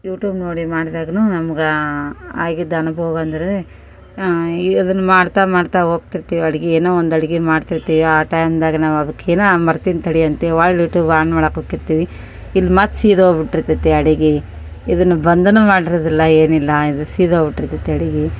YouTube ನೋಡಿ ಮಾಡ್ದಾಗ್ಲೂ ನಮ್ಗೆ ಆಗಿದ್ದ ಅನುಭವ ಅಂದರೆ ಇದನ್ನು ಮಾಡ್ತಾ ಮಾಡ್ತಾ ಹೋಗ್ತಿರ್ತೀವ್ ಅಡ್ಗೆ ಏನೋ ಒಂದು ಅಡ್ಗೆ ಮಾಡ್ತಿರ್ತೀವಿ ಆ ಟೈಮ್ನಲ್ಲಿ ನಾವು ಅದಕ್ಕೆನಾ ಬರ್ತೀನ್ ತಡೀ ಅಂತ ಹೊಳ್ಳಿ ಯೂಟೂಬ್ ಆನ್ ಮಾಡೋಕ್ ಹೊಕ್ಕಿರ್ತೀವಿ ಇಲ್ಲಿ ಮತ್ತು ಸೀದು ಹೋಗ್ಬಿಟ್ಟಿರ್ತದೆ ಅಡುಗೆ ಇದನ್ನು ಬಂದ್ನೂ ಮಾಡಿರೋದಿಲ್ಲ ಏನಿಲ್ಲ ಇದು ಸಿದೋಗಿ ಬಿಟ್ಟಿರ್ತದೆ ಅಡುಗೆ